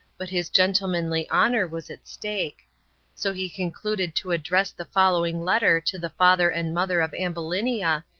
but his gentlemanly honor was at stake so he concluded to address the following letter to the father and mother of ambulinia,